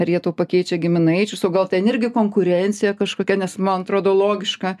ar jie tau pakeičia giminaičius o gal ten irgi konkurencija kažkokia nes man atrodo logiška